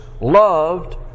loved